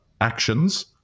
actions